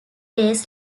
days